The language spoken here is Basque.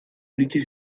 iritsi